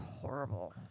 horrible